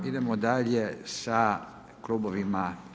Idemo dalje sa klubovima.